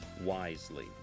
wisely